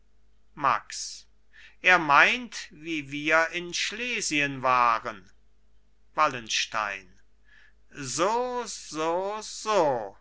max er meint wie wir in schlesien waren wallenstein so so so